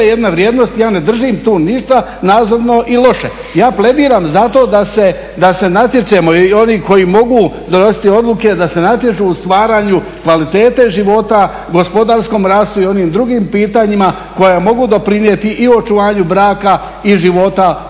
jedne vrijednosti, ja ne držim tu ništa nazadno i loše. Ja plediram zato da se natječemo i oni koji mogu donositi odluke da se natječu u stvaranju kvalitete života, gospodarskom rastu i onim drugim pitanjima koja mogu doprinijeti i očuvanju braka i života u